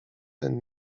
ten